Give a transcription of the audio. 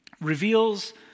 reveals